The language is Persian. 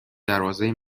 دروازه